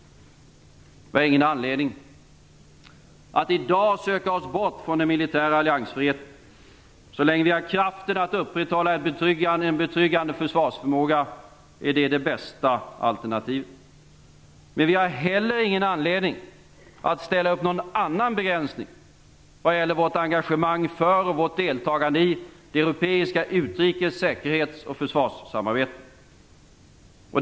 Vi har ingen anledning att i dag söka oss bort från den militära alliansfriheten. Så länge vi har kraften att upprätthålla en betryggande försvarsförmåga är detta det bästa alternativet. Men vi har heller ingen anledning att ställa upp någon annan begränsning vad gäller vårt engagemang för och vårt deltagande i det europeiska utrikes-, säkerhets och försvarssamarbetet.